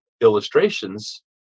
illustrations